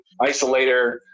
isolator